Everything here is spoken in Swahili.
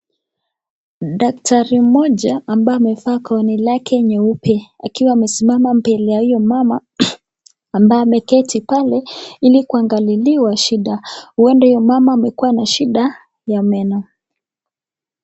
Daktari mmoja ambaye amevaa gauni lake nyeupe, akiwa amesimama mbele ya huyo mama ambaye ameketi pale ili kuangaliliwa shida, huenda huyo mama amekuwa na shida ya meno.